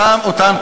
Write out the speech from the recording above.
אלה אותם טיעונים,